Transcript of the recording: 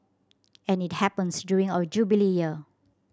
and it happens during our Jubilee Year